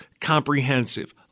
comprehensive